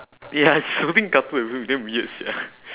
ya she's holding cutters also damn weird sia